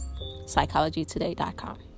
psychologytoday.com